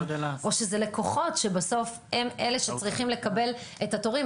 או שאלה לקוחות שבסוף הם אלה שצריכים לקבל את התורים.